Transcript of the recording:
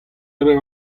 dre